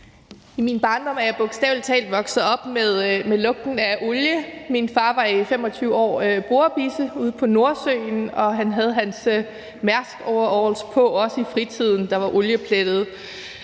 I min barndom er jeg bogstavelig talt vokset op med lugten af olie. Min far var i 25 år borebisse ude på Nordsøen, og han havde sine Mærskoveralls på også i fritiden, og de var olieplettede.